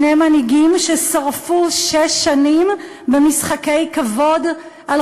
שני מנהיגים ששרפו שש שנים במשחקי כבוד על